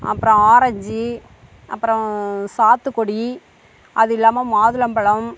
அப்புறோம் ஆரஞ்சி அப்புறோம் சாத்துக்குடி அது இல்லாமல் மாதுளம்பழம்